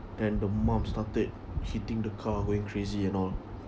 then the mum started hitting the car going crazy and all